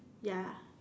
ya